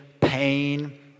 pain